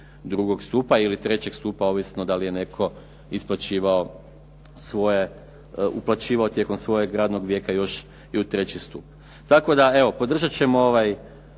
drugog stupa ili trećeg stupa ovisno da li je netko isplaćivao svoje, uplaćivao tijekom svojeg radnog vijeka još i u treći stup. Tako da evo, podržat ćemo ovo